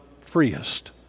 freest